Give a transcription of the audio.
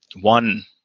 one